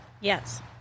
yes